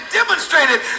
demonstrated